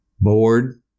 bored